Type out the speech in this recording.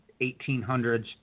1800s